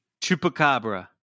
Chupacabra